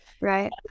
Right